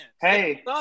Hey